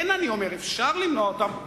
כן, אני אומר, אפשר למנוע אותם.